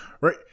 Right